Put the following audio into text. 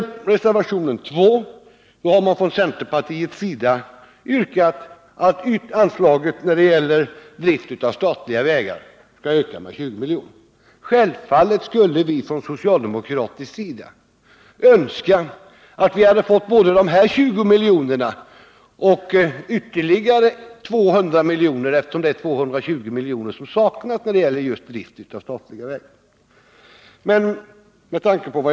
I reservationen 2 har man från centerpartiets sida yrkat att anslaget till drift av statliga vägar skall öka med 20 milj.kr. Självfallet skulle vi från socialdemokratiskt håll önska att dessa 20 milj.kr. plus ytterligare 200 milj.kr. anslogs till drift av statliga vägar. Det saknas som bekant just 200 milj.kr. för detta ändamål.